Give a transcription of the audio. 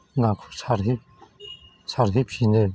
नाखौ सारहै सारहैफिनो